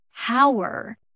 power